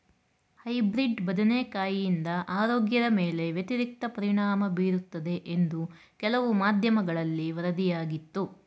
hybrid ಬದನೆಕಾಯಿಂದ ಆರೋಗ್ಯದ ಮೇಲೆ ವ್ಯತಿರಿಕ್ತ ಪರಿಣಾಮ ಬೀರುತ್ತದೆ ಎಂದು ಕೆಲವು ಮಾಧ್ಯಮಗಳಲ್ಲಿ ವರದಿಯಾಗಿತ್ತು